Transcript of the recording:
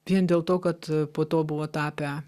vien dėl to kad po to buvo tapę